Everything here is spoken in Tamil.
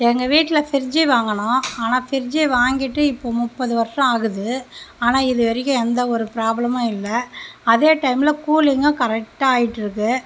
எங்கள் வீட்டில ஃப்ரிட்ஜ்ஜு வாங்குனோம் ஆனால் ஃப்ரிட்ஜ்ஜு வாங்கிட்டு இப்போ முப்பது வருஷம் ஆகுது ஆனால் இது வரைக்கும் எந்த ஒரு ப்ராப்ளமும் இல்லை அதே டைம்மில கூலிங்கும் கரெக்ட்டாக ஆயிட்டுருக்கு